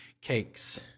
cakes